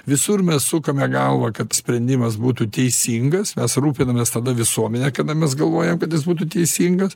visur mes sukame galvą kad sprendimas būtų teisingas mes rūpinamės tada visuomene kada mes galvojam kad jis būtų teisingas